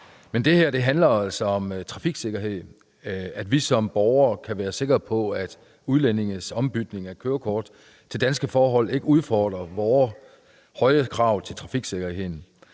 det her handler altså om trafiksikkerhed, om, at vi som borgere kan være sikre på, at udlændinges ombytning af kørekort til danske forhold ikke udfordrer vores høje krav til trafiksikkerheden.